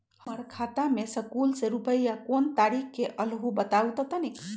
हमर खाता में सकलू से रूपया कोन तारीक के अलऊह बताहु त तनिक?